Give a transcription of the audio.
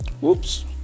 whoops